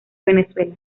venezuela